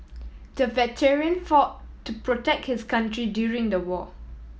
the veteran fought to protect his country during the war